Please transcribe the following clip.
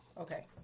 Okay